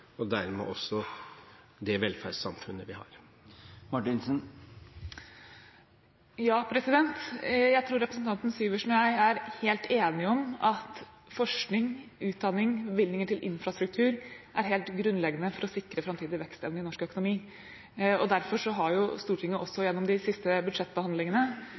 og dermed også det velferdssamfunnet vi har? Ja, jeg tror representanten Syversen og jeg er helt enige om at forskning, utdanning, og bevilgninger til infrastruktur er helt grunnleggende for å sikre framtidig vekstevne i norsk økonomi. Derfor har Stortinget også gjennom de siste budsjettbehandlingene